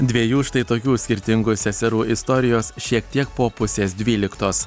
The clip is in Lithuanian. dviejų štai tokių skirtingų seserų istorijos šiek tiek po pusės dvyliktos